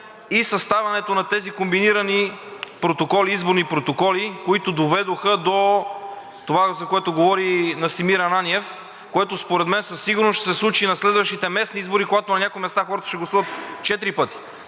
и съставянето на тези комбинирани изборни протоколи, които доведоха до това, за което говори и Настимир Ананиев, което според мен със сигурност ще се случи и на следващите местни избори, когато на някои места хората ще гласуват четири